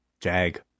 Jag